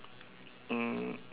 mm